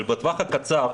אבל בטווח הקצר,